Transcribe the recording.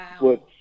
Wow